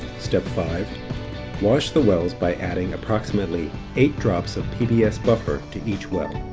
step five wash the wells by adding approximately eight drops of pbs buffer to each well.